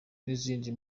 n’izindi